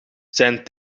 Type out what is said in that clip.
zijn